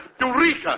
Eureka